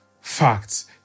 facts